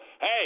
Hey